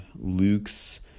Luke's